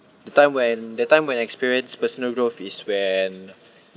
the time when the time when I experience personal growth is when